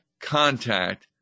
contact